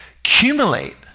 accumulate